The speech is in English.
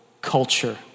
culture